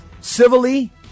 civilly